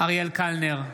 אריאל קלנר,